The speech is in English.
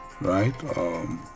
right